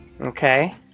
Okay